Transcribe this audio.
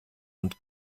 und